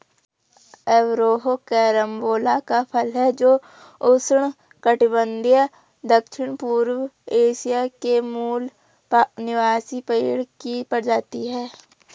Averrhoa carambola का फल है जो उष्णकटिबंधीय दक्षिणपूर्व एशिया के मूल निवासी पेड़ की प्रजाति है